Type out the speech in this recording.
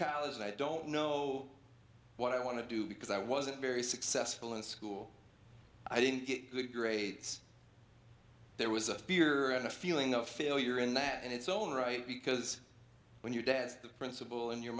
college and i don't know what i want to do because i wasn't very successful in school i didn't get good grades there was a fear a feeling of failure in that and it's alright because when your dad is the principal in your